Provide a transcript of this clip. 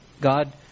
God